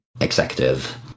executive